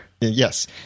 Yes